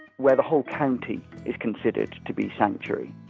where the whole county is considered to be sanctuary.